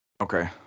Okay